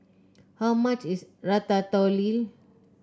how much is Ratatouille